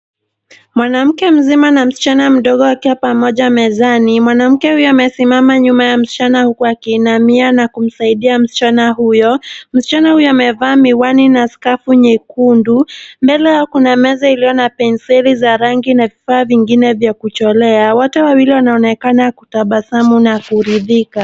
Mwanamke mzima na msichana mdogo wakiwa pamoja mezani. Mwanamke huyo amesimama nyuma ya msichana huku akiinamia na kumsaidia msichana huyo. Msichana huyo amevaa miwani na skafu mwekundu. Mbele yao kuna meza iliyo na penseli za rangi na vifaa vingine vya kuchorea. Wote wawili wanaonekana kutabasamu na kuridhika.